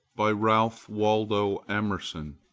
by ralph waldo emerson